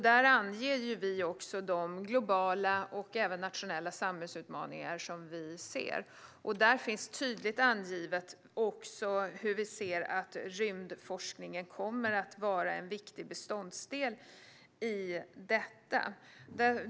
Där anger vi också de globala och även nationella samhällsutmaningar som vi ser. Det finns tydligt angivet hur vi ser att rymdforskningen kommer att vara en viktig beståndsdel i detta.